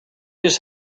just